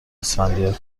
اسفندیار